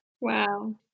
Wow